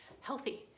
healthy